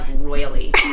royally